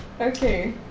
Okay